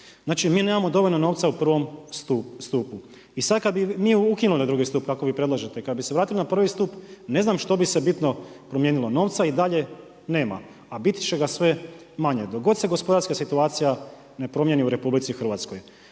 Znači, mi nemamo dovoljno novca u prvom stupu. I sad kad bi mi ukinuli drugi stup kako vi predlažete, kad bi se vratili na prvi stup ne znam što bi se bitno promijenilo. Novca i dalje nema, a biti će ga sve manje dok god se gospodarska situacija ne promijeni u RH. U tom